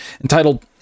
entitled